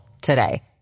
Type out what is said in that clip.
today